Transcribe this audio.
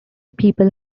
people